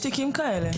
יש תיקים כאלה.